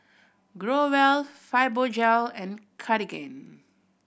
Growell Fibogel and Cartigain